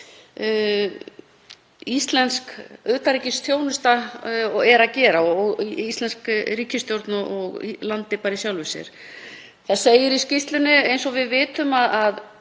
íslensk utanríkisþjónusta er að gera og íslensk ríkisstjórn og landið í sjálfu sér. Það segir í skýrslunni, eins og við vitum, að